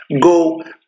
go